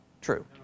True